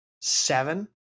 seven